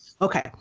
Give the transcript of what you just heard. Okay